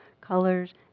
colors